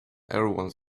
everyone